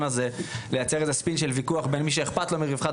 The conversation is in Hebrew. הזה לייצר ספין של וויכוח בין מי שאכפת לו מרווחת